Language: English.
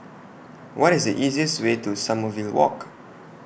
What IS The easiest Way to Sommerville Walk